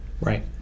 right